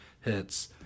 hits